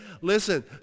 Listen